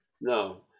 no